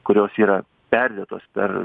kurios yra perdėtos per